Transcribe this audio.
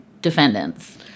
defendants